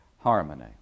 harmony